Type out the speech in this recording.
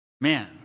Man